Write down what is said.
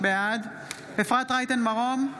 בעד אפרת רייטן מרום,